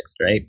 right